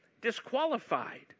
disqualified